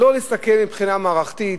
לא להסתכל מבחינה מערכתית,